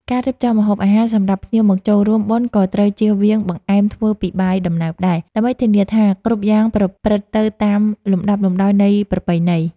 ការរៀបចំម្ហូបអាហារសម្រាប់ភ្ញៀវមកចូលរួមបុណ្យក៏ត្រូវចៀសវាងបង្អែមធ្វើពីបាយដំណើបដែរ ដើម្បីធានាថាគ្រប់យ៉ាងប្រព្រឹត្តទៅតាមលំដាប់លំដោយនៃប្រពៃណី។